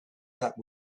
that